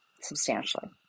substantially